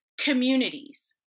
communities